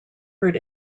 heard